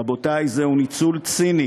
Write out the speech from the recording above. רבותי, זהו ניצול ציני